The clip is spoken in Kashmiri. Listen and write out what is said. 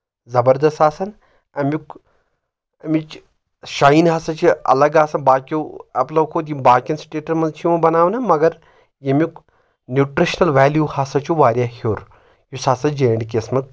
زبردست آسان امیُک امِچ شایِن ہسا چھِ الگ آسان باقیو ایٚپلو کھۄتہٕ یِم باقین سِٹیٹن منٛز تہِ چھِ یِوان بناونہٕ مگر ییٚمیُک نیوٗٹرٛشنل ویلیوٗ ہسا چھُ واریاہ ہیٚور یُس ہسا جے اینڈ کے یَس منٛز